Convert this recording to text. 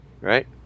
Right